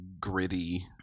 gritty